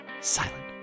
silent